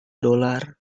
dolar